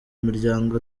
miryango